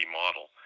model